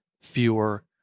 fewer